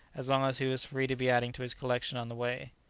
as long as he was free to be adding to his collection on the way.